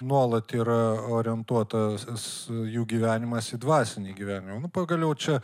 nuolat yra orientuotas jų gyvenimas į dvasinį gyvenimą nu pagaliau čia